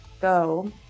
Go